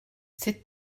cette